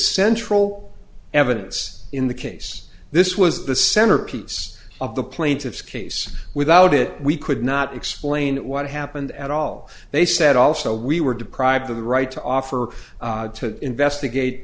central evidence in the case this was the centerpiece of the plaintiff's case without it we could not explain what happened at all they said also we were deprived of the right to offer to investigate